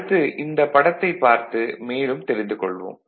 அடுத்து இந்தப் படத்தை பார்த்து மேலும் தெரிந்து கொள்வோம்